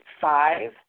five